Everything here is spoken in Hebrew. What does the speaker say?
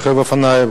רוכב אופניים